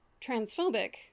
transphobic